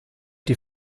die